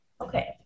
Okay